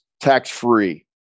tax-free